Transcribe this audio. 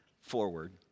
forward